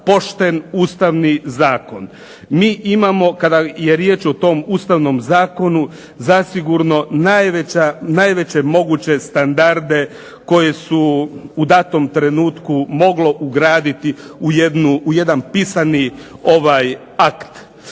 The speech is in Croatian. Ustavni zakon. Mi imamo kada je riječ o tom Ustavnom zakonu zasigurno najveće moguće standarde koje se u datom trenutku moglo ugraditi u jedan pisani akt.